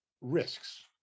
Risks